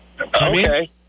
Okay